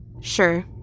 Sure